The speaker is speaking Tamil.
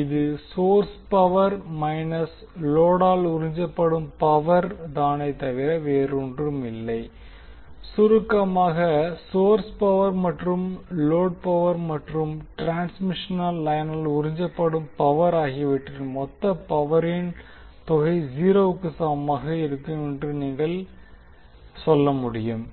இது சோர்ஸ் பவர் மைனஸ் லோடால் உறிஞ்சப்படும் பவர் தானே தவிர வேறொன்றுமில்லை சுருக்கமாக சோர்ஸ் பவர் மற்றும் லோடு பவர் மற்றும் டிரான்ஸ்மிஷன் லைனால் உறிஞ்சப்படும் பவர் ஆகியவற்றின் மொத்த பவரின் தொகை 0 க்கு சமமாக இருக்கும் என்று நீங்கள் என்ன சொல்ல முடியும்